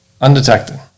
undetected